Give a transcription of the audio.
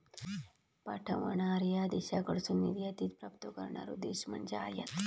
पाठवणार्या देशाकडसून निर्यातीत प्राप्त करणारो देश म्हणजे आयात